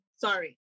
Sorry